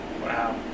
Wow